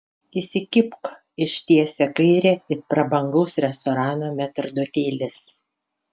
įsikibk ištiesia kairę it prabangaus restorano metrdotelis